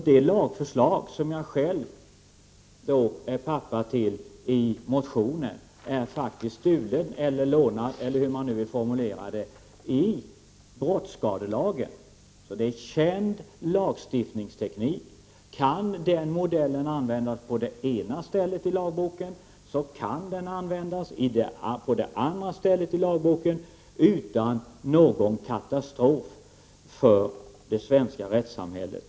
Det lagförslag som jag själv är ”pappa” till i motionen är faktiskt stulet, lånat eller hur man vill formulera det ifrån brottskadelagen. Det är således känd lagstiftningsteknik. Kan den modellen användas på det ena stället i lagboken, kan den användas på det andra stället utan att det leder till någon katastrof för det svenska rättssamhället.